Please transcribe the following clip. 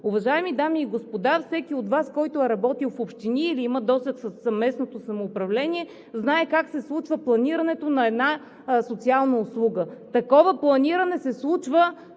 Уважаеми дами и господа, всеки от Вас, който е работил в общини или има досег с местното самоуправление, знае как се случва планирането на една социална услуга. Такова планиране се случва